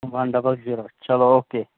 وَن double zero چلو او کے